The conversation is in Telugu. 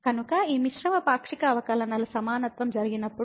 కాబట్టి ఈ మిశ్రమ పాక్షిక అవకలనల సమానత్వం జరిగినప్పుడు